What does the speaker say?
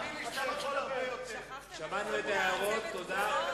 איזו בוטות, זה הסגנון?